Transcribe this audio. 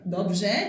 Dobrze